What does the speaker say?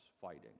fighting